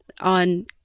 on